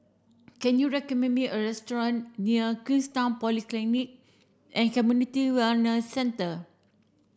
can you recommend me a restaurant near Queenstown Polyclinic and Community Wellness Centre